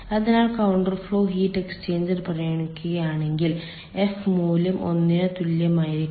അതിനാൽ counter flow heat exchanger പരിഗണിക്കുകയാണെങ്കിൽ F മൂല്യം ഒന്നിന് തുല്യമായിരിക്കും